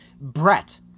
Brett